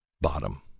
bottom